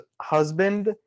husband